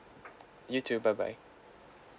you too bye bye